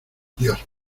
dios